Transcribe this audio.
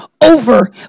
over